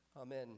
Amen